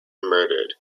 murdered